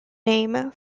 name